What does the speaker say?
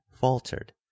faltered